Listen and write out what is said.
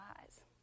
eyes